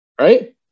Right